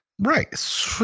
Right